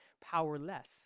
powerless